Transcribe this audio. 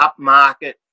upmarket